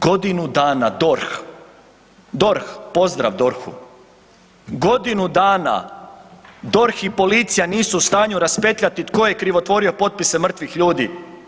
Godinu dana DORH, DORH, pozdrav DORH, godinu dana, DORH i policija nisu u stanju raspetljati tko je krivotvorio potpise mrtvih ljudi.